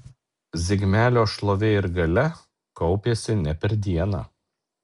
zigmelio šlovė ir galia kaupėsi ne per dieną